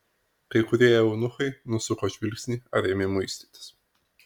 kai kurie eunuchai nusuko žvilgsnį ar ėmė muistytis